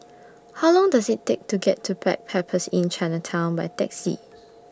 How Long Does IT Take to get to Backpackers Inn Chinatown By Taxi